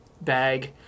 bag